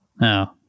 No